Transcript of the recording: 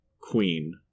Queen